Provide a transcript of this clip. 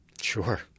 Sure